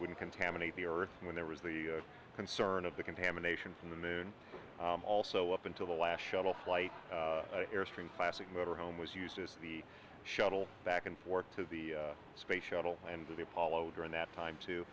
wouldn't contaminate the earth when there was the concern of the contamination from the moon also up until the last shuttle flight airstream classic motorhome was uses the shuttle back and forth to the space shuttle and to the apollo during that time to